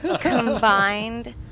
combined